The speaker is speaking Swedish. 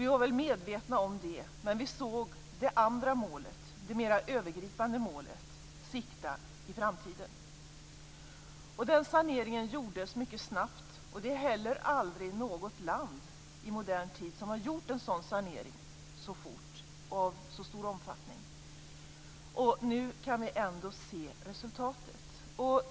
Vi var medvetna om det, men vi siktade det andra mer övergripande målet i framtiden. Den saneringen gjordes mycket snabbt. Det är inte något annat land som i modern tid har gjort en sådan sanering så fort och av så stor omfattning. Och nu kan vi ändå se resultatet.